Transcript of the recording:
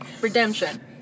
Redemption